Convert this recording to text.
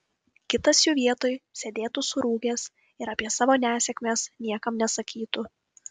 kitas jų vietoj sėdėtų surūgęs ir apie savo nesėkmes niekam nesakytų